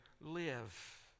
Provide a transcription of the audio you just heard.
live